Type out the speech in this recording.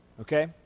okay